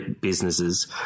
businesses